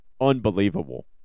unbelievable